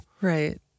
Right